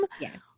Yes